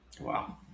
Wow